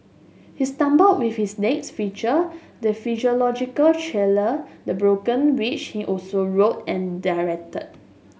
he stumbled with his next feature the thriller The Broken which he also wrote and directed